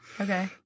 Okay